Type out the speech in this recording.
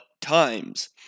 times